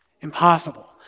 Impossible